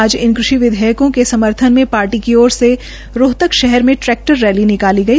आज इन कृषि विधेयकों के समर्थन में पार्टी की ओर से रोहतक शहर में ट्रैक्टर रैली निकाली गई